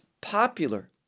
popular